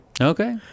Okay